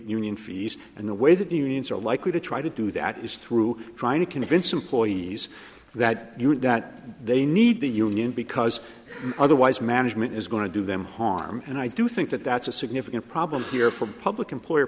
union fees and the way that unions are likely to try to do that is through trying to convince employees that you want that they need the union because otherwise management is going to do them harm and i do think that that's a significant problem here for public employe